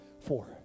Four